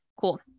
Cool